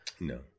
No